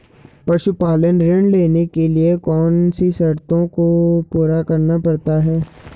पशुपालन ऋण लेने के लिए कौन सी शर्तों को पूरा करना पड़ता है?